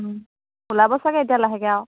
ওলাব চাগে এতিয়া লাহেকৈ আৰু